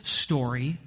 story